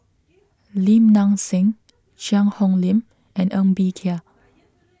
Lim Nang Seng Cheang Hong Lim and Ng Bee Kia